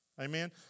Amen